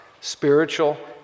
spiritual